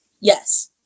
Yes